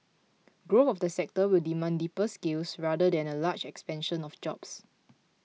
growth of the sector will demand deeper skills rather than a large expansion of jobs